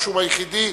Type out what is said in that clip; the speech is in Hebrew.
הרשום היחיד.